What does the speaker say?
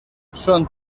són